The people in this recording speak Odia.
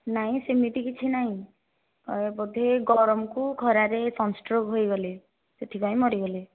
ନାଇଁ ସେମିତି କିଛି ନାହିଁ ବୋଧେ ଗରମକୁ ଖରାରେ ସନ୍ ଷ୍ଟ୍ରୋକ୍ ହୋଇଗଲେ ସେଥିପାଇଁ ମରିଗଲେ